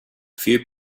few